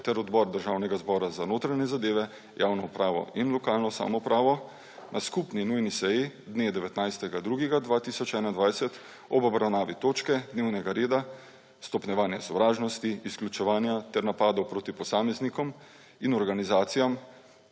ter Odbor Državnega zbora za notranje zadeve, javno upravo in lokalno samoupravo na skupni nujni seji dne 19. 2. 2021 ob obravnavi točke dnevnega reda Stopnjevanje sovražnosti, izključevanja ter napadov proti posameznikom in organizacijam